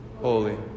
Holy